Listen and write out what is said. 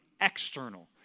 external